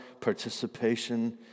participation